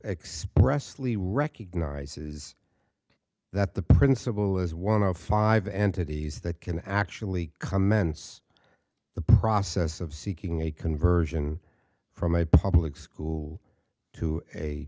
expressly recognizes that the principal is one of five entities that can actually comments the process of seeking a conversion from a public school to a